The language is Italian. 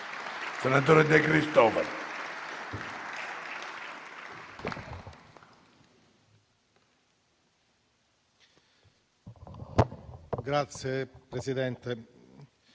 senatore De Cristofaro